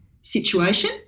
situation